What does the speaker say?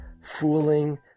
fooling